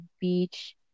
beach